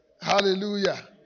Hallelujah